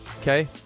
Okay